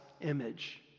image